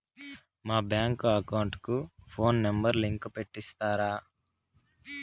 మా bank account కు phone number link పెట్టి ఇస్తారా?